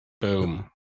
boom